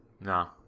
no